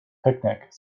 picnic